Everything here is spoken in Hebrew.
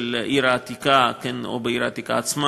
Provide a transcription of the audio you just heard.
של העיר העתיקה או בעיר העתיקה עצמה,